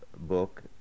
book